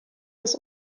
des